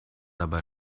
dabei